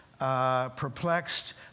Perplexed